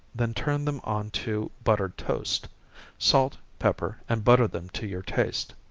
then turn them on to buttered toast salt, pepper, and butter them to your taste.